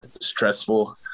stressful